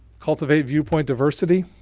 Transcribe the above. cultivate viewpoint diversity.